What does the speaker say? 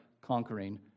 conquering